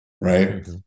right